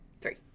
Three